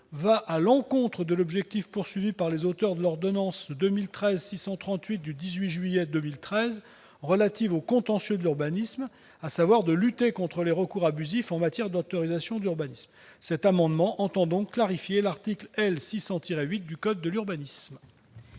va à l'encontre de l'objectif des auteurs de l'ordonnance n° 2013-638 du 18 juillet 2013 relative au contentieux de l'urbanisme : lutter contre les recours abusifs en matière d'autorisations d'urbanisme. Par cet amendement, nous entendons donc clarifier l'article L. 600-8 du code de l'urbanisme.